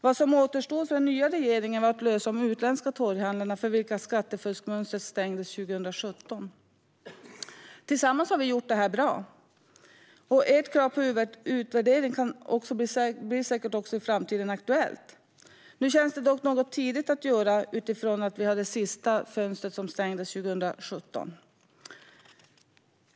Vad som återstod för den nya regeringen att lösa var frågan om de utländska torghandlarna, för vilka skattefuskfönstret stängdes 2017. Tillsammans har vi gjort detta bra, och ert krav på utvärdering blir säkert aktuellt i framtiden. Nu känns det dock något tidigt att göra, med tanke på att det sista fönstret stängdes 2017.